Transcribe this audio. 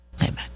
amen